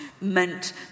meant